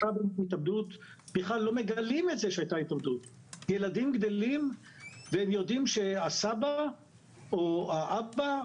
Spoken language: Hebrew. טיפול שלא מפר את זכויות האדם שלו ככל האפשר,